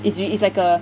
it's rea~ it's like a